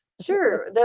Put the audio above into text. sure